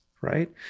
right